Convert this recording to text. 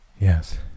Yes